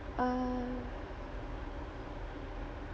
uh